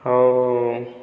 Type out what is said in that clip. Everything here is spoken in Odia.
ହେଉ